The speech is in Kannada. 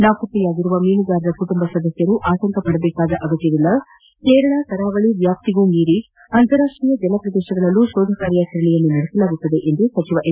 ನಾಪತ್ತೆಯಾಗಿರುವ ಮೀನುಗಾರರ ಕುಟುಂಬ ಸದಸ್ಕರು ಆತಂಕಪಡಬೇಕಾದ ಅಗತ್ಯವಿಲ್ಲ ಕೇರಳ ಕರಾವಳಿ ವ್ಯಾಪ್ತಿಗೂ ಮೀರಿ ಅಂತಾರಾಷ್ಷೀಯ ಜಲಪ್ರದೇಶಗಳಲ್ಲೂ ಶೋಧ ಕಾರ್ಯಾಚರಣೆಯನ್ನು ನಡೆಸಲಾಗುವುದು ಎಂದು ಸಚಿವ ಎಂ